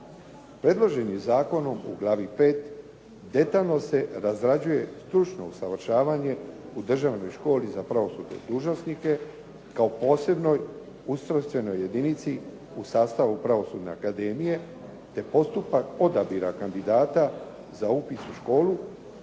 Predloženim zakonom u glavi V. detaljno se razrađuje stručno usavršavanje u Državnoj školi za pravosudne dužnosnike kao posebnoj ustrojstvenoj jedinici u sastavu Pravosudne akademije, te postupak odabira kandidata za upis u školu